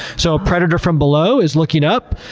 so, a predator from below is looking up,